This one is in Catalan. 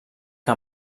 que